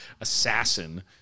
assassin